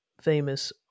Famous